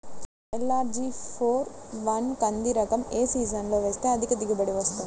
LRG four one కంది రకం ఏ సీజన్లో వేస్తె అధిక దిగుబడి వస్తుంది?